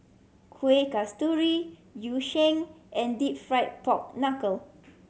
Kuih Kasturi Yu Sheng and Deep Fried Pork Knuckle